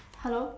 hello